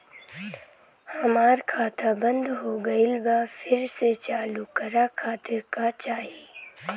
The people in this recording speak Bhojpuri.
हमार खाता बंद हो गइल बा फिर से चालू करा खातिर का चाही?